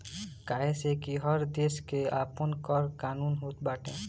काहे से कि हर देस के आपन कर कानून होत बाटे